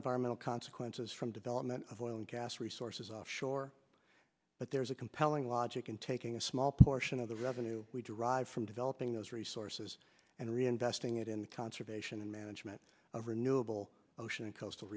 environmental consequences from development of oil and gas resources offshore but there is a compelling logic in taking a small portion of the revenue we derive from developing those resources and reinvesting it in conservation and management of renewable ocean coastal